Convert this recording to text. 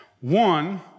One